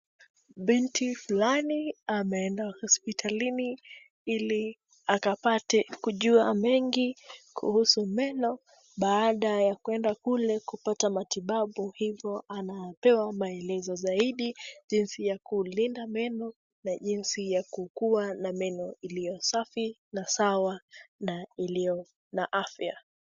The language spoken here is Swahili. Binti fulani ameenda hospitalini ili akapate kujua mengi kuhusu meno baada ya kuenda kule kupata matibabu hivo anapewa maelezo zaidi jinsi ya kulinda meno na jinsi ya kukuwa na meno iliyo safi na sawa na iliyo na afya.